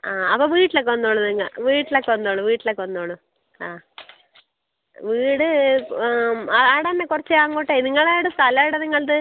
ആ അപ്പോൾ വീട്ടിലേക്ക് വന്നോളൂ നിങ്ങൾ വീട്ടിലേക്ക് വന്നോളൂ വീട്ടിലേക്ക് വന്നോളൂ ആ വീട് ആ അവിടെ തന്നെ കുറച്ച് അങ്ങോട്ട് നിങ്ങൾ എവിടെ സ്ഥലം എവിടെ നിങ്ങളുടേത്